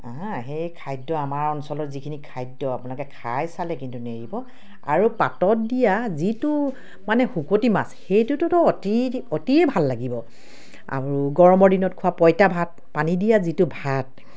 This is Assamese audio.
সেই খাদ্য আমাৰ অঞ্চলৰ যিখিনি খাদ্য আপোনালোকে খাই চালে কিন্তু নেৰিব আৰু পাতত দিয়া যিটো মানে শুকতি মাছ সেইটোতো অতি ভাল লাগিব আৰু গৰমৰ দিনত খোৱা পঁইতা ভাত পানী দিয়া যিটো ভাত